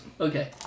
Okay